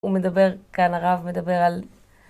הוא מדבר כאן הרב מדבר על